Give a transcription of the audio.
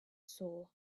saw